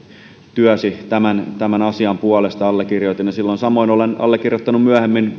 työsi tämän tämän asian puolesta allekirjoitin jo silloin samoin olen allekirjoittanut myöhemmin